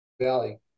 Valley